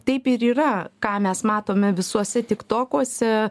taip ir yra ką mes matome visuose tik tokuose